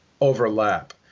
overlap